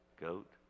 Goat